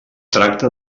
tracta